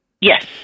Yes